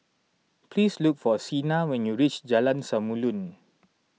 please look for Cena when you reach Jalan Samulun